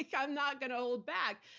like i'm not going to hold back.